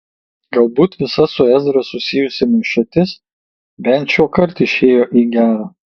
galbūt visa su ezra susijusi maišatis bent šiuokart išėjo į gera